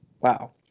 Wow